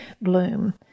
bloom